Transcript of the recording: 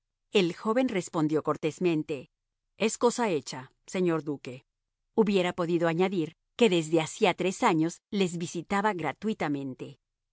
el joven respondió cortésmente es cosa hecha señor duque hubiera podido añadir que desde hacía tres años les visitaba gratuitamente